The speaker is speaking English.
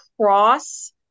cross